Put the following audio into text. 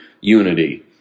unity